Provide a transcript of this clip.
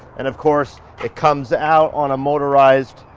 and of course it comes out on a motorized